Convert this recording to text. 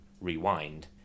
rewind